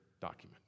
document